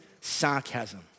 sarcasm